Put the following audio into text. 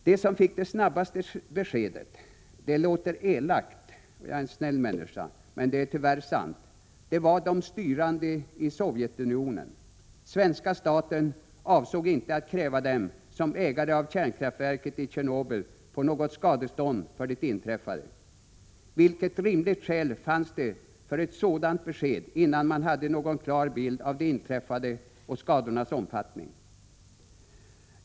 De som fick det snabbaste beskedet — det låter elakt och jag är en snäll människa, men det är tyvärr sant — var de styrande i Sovjetunionen: svenska staten avsåg inte att kräva dem, som ägare av kärnkraftverket i Tjernobyl, på något skadestånd för det inträffade. Vilket rimligt skäl fanns det för ett sådant besked, innan man hade någon klar bild av det inträffade och av skadornas omfattning?